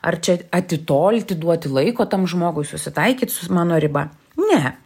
ar čia atitolti duoti laiko tam žmogui susitaikyt su mano riba ne